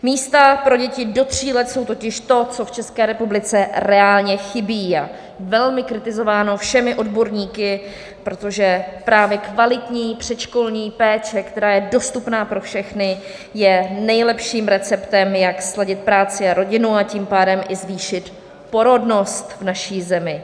Místa pro děti do tří let jsou totiž to, co v České republice reálně chybí a je velmi kritizováno všemi odborníky, protože právě kvalitní předškolní péče, která je dostupná pro všechny, je nejlepším receptem, jak sladit práci a rodinu a tím pádem i zvýšit porodnost v naší zemi.